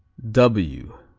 w